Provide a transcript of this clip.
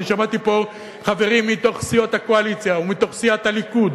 ואני שמעתי פה חברים מתוך סיעות הקואליציה ומתוך סיעת הליכוד,